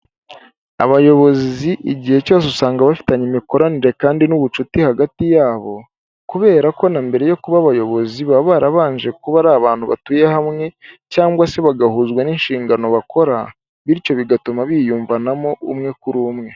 Abayobozi igihe cyose usanga bafitanye imikoranire kandi n'ubucuti hagati yabo, kubera ko na mbere yo kuba abayobozi baba barabanje kuba ari abantu batuye hamwe, cyangwa se bagahuzwa n'inshingano bakora, bityo bigatuma biyumvanamo umwe kuri umwe.